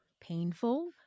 painful